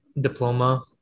diploma